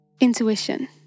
Intuition